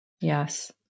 Yes